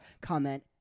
comment